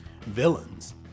villains